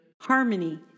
harmony